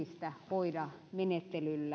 eristä hoida menettelyllä niin eihän